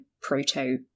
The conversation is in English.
proto